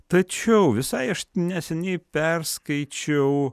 tačiau visai neseniai perskaičiau